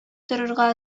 торырга